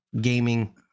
gaming